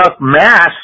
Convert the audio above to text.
mass